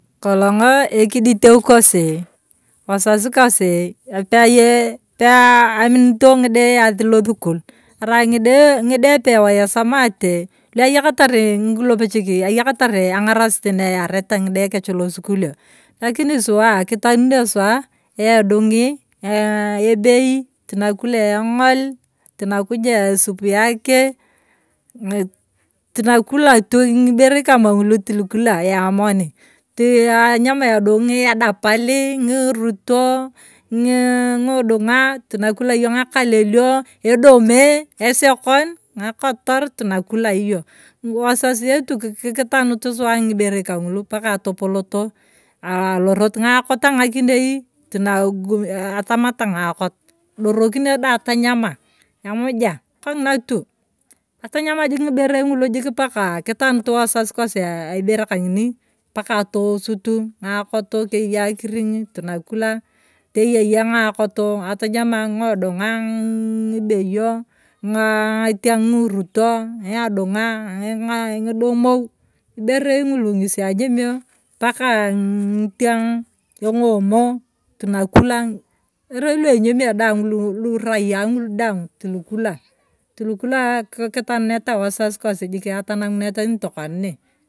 Kolong’o ekiditeu kosi wazaz kosi pee eee aminito ng’ide yaazi losukul, arai ng’ide ng’ide epewoi esomate luayakatar ng’ilopecheki ang’arasit naeyarete ng’ide kech lolukulio, lakini suwa kitanonio suwa edungi ebei, unakula eng’ol, tonakuja supu yake, tunakula tu ng’ibere kamata ngulu, tulikuta ya amoni tua nyama ya dong’i, edapal, ng’iirutio, ngii ng’idong’a tunakula hiyo ng’akalabio, edome, esekon, ng’akoton tunakula hiyo, wazazi wetu kiki tanut suwa angibere kangulo paka atopoloto alorot, ng’akot ang’akinei atamata ng’akot, idorokinio dai atanyama emuja, kongina tu, tanyama ng’iberei ng’ulu paka kitanut wazazi kosi aibere kang’ini paka atowosuto ng’akoto keya, akiring’i tunakula teyeyia ng’akoto atanyama, nnyama, ng’odunga ngii beyo, ng’aa tara, ng’iiruto ng’iidung’a ng’idornou, ngiberei ng’ulu ngesi anyamio suwa paka ang’omo tonakula, iberei luenyamio daang ng’ulu raiya ng’ulu daang tulikula, tulikula kitanuneta wazaz kosi jikia atananguneta nitokona ne.